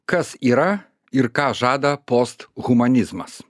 kas yra ir ką žada post humanizmas